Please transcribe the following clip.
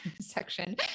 section